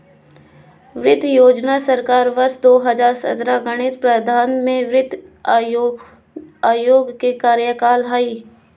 वित्त योजना सरकार वर्ष दो हजार सत्रह गठित पंद्रह में वित्त आयोग के कार्यकाल हइ